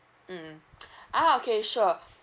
mm ah okay sure